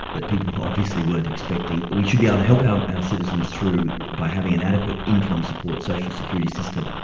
that people obviously weren't expecting, we should be able to help our um ah citizens through by having an adequate income support social security system.